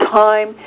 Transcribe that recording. time